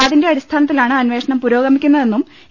അതിന്റെ അടിസ്ഥാനത്തി ലാണ് അന്വേഷണം പുരോഗമിക്കുന്നതെന്നും എ